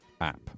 app